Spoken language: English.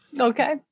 Okay